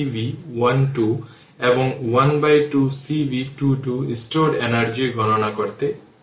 সুতরাং R হল 1 Ω সুতরাং 256 1 e হল v স্কোয়ার এটি হল b স্কোয়ার